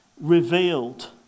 revealed